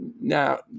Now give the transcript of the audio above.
Now